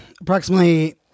approximately